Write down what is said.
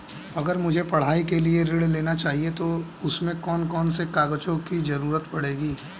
अगर मुझे पढ़ाई के लिए ऋण चाहिए तो उसमें कौन कौन से कागजों की जरूरत पड़ेगी?